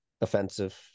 offensive